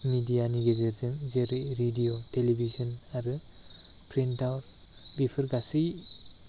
मेडियारिनि गेजेरजों जेरै radio television आरो प्रिन्टआउट बेफोर गासै